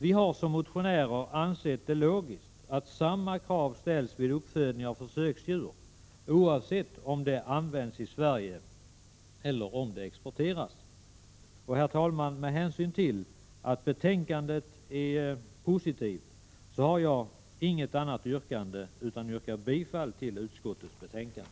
Vi har som motionärer ansett det logiskt att samma krav ställs vid uppfödning av försöksdjur, oavsett om de används i Sverige eller om de exporteras. Herr talman! Med hänsyn till att betänkandet är positivt har jag inget annat yrkande än om bifall till hemställan i utskottsbetänkandet.